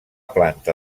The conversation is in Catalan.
planta